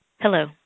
Hello